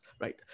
right